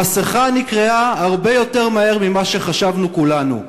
המסכה נקרעה הרבה יותר מהר ממה שחשבנו כולנו.